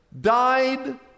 died